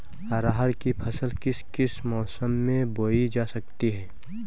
अरहर की फसल किस किस मौसम में बोई जा सकती है?